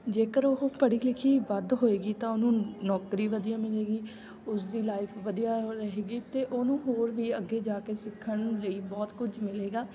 ਜੇਕਰ ਉਹ ਪੜ੍ਹੀ ਲਿਖੀ ਵੱਧ ਹੋਏਗੀ ਤਾਂ ਉਹਨੂੰ ਨੌਕਰੀ ਵਧੀਆ ਮਿਲੇਗੀ ਉਸ ਦੀ ਲਾਈਫ ਵਧੀਆ ਰਹੇਗੀ ਅਤੇ ਉਹਨੂੰ ਹੋਰ ਵੀ ਅੱਗੇ ਜਾ ਕੇ ਸਿੱਖਣ ਲਈ ਬਹੁਤ ਕੁਝ ਮਿਲੇਗਾ